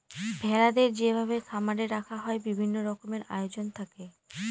ভেড়াদের যেভাবে খামারে রাখা হয় বিভিন্ন রকমের আয়োজন থাকে